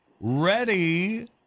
Ready